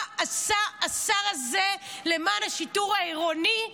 מה עשה השר הזה למען השיטור העירוני,